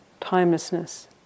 timelessness